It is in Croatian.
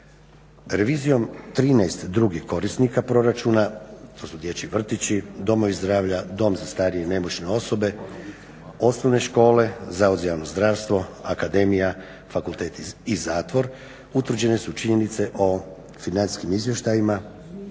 Revizijom 13 drugih korisnika proračuna, to su dječji vrtići, domovi zdravlja, dom za starije i nemoćne osobe, osnovne škole, Zavod za javno zdravstvo, akademija, fakulteti i zatvor, utvrđene su činjenice o financijskim izvještajima